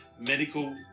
medical